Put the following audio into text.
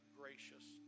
gracious